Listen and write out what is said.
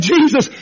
Jesus